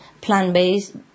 Plant-based